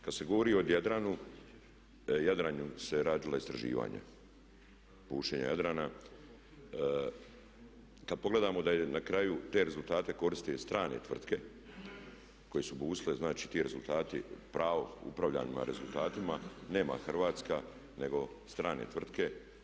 Kad se govori o Jadranu, Jadranu se radila istraživanja, bušenje Jadrana, kad pogledamo da je na kraju, te rezultate koristi strane tvrtke koje su bušile, znači, ti rezultati, pravo upravljanja rezultatima nema Hrvatska nego strane tvrtke.